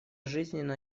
жизненно